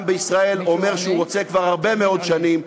בישראל אומר שהוא רוצה כבר הרבה מאוד שנים,